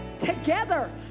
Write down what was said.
Together